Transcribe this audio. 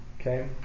okay